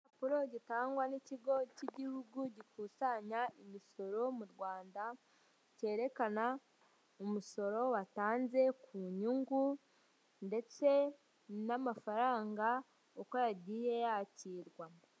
Igipapuro gitangwa n'ikigo cy'igihugu gikusanya imisoro mu rwanda; cyerekana umusoro watanze ku nyungu ndetse n'amafaranga uko yagiye yakirwa.